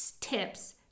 Tips